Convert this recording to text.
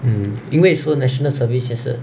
mmhmm 因为说 national service 其实